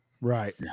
right